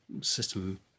system